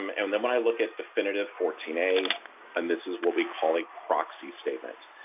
um and then i look at definitive fourteen a and this is will be calling proxy statement.